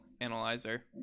analyzer